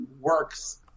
works